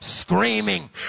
screaming